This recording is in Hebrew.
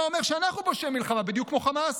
אומר שאנחנו פושעי מלחמה בדיוק כמו חמאס.